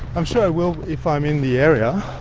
i'm sure i will if i'm in the area,